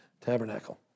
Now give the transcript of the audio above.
Tabernacle